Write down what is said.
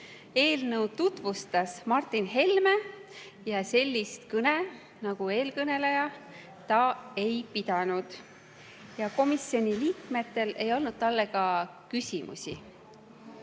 Eelnõu tutvustas Martin Helme ja sellist kõnet nagu eelkõneleja ta ei pidanud. Ja komisjoni liikmetel ei olnud talle ka küsimusi.